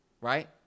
right